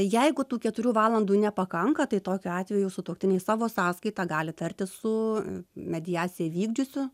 jeigu tų keturių valandų nepakanka tai tokiu atveju jau sutuoktiniai savo sąskaita gali tartis su mediaciją vykdžiusiu